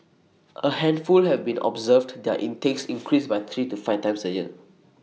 A handful have been observed their intakes increase by three to five times A year